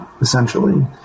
essentially